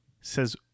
Says